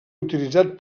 utilitzat